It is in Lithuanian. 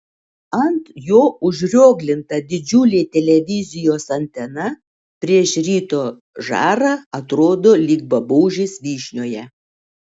ant jo užrioglinta didžiulė televizijos antena prieš ryto žarą atrodo lyg babaužis vyšnioje